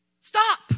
Stop